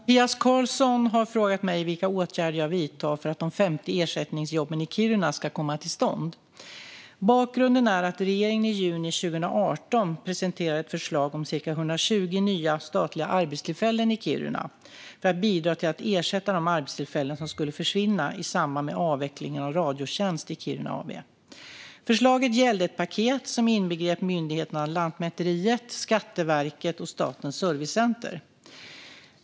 Fru talman! Mattias Karlsson har frågat mig vilka åtgärder jag vidtar för att de 50 ersättningsjobben i Kiruna ska komma till stånd. Bakgrunden är att regeringen i juni 2018 presenterade ett förslag om cirka 120 nya statliga arbetstillfällen i Kiruna för att bidra till att ersätta de arbetstillfällen som skulle försvinna i samband med avvecklingen av Radiotjänst i Kiruna AB. Förslaget gällde ett paket som inbegrep myndigheterna Lantmäteriet, Skatteverket och Statens servicecenter.